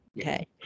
okay